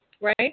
right